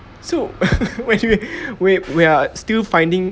so where do we we are still finding